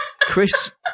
Chris